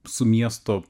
su miesto